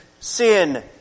sin